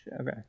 Okay